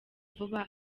vuba